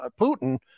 Putin